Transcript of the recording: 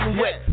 wet